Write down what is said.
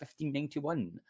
1591